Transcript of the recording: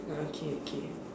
uh okay okay